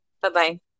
Bye-bye